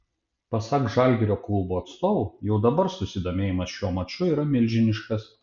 pasak žalgirio klubo atstovų jau dabar susidomėjimas šiuo maču yra milžiniškas